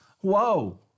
Whoa